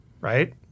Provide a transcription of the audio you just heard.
right